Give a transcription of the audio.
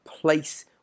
place